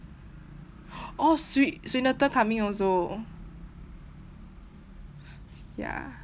orh swi swinathan coming also ya